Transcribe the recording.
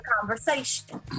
conversation